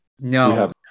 No